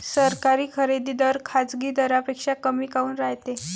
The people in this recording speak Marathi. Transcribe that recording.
सरकारी खरेदी दर खाजगी दरापेक्षा कमी काऊन रायते?